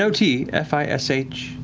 so t f i s h.